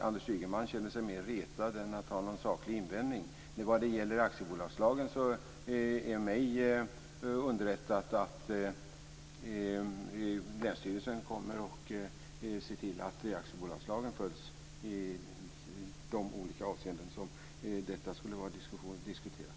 Anders Ygeman kände sig mer retad än att han hade någon saklig invändning. Vad gäller aktiebolagslagen har jag underrättats om att länsstyrelsen kommer att se till att aktiebolagslagen följs i de olika avseenden som detta har diskuterats.